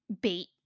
bait